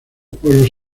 pueblos